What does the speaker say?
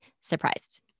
surprised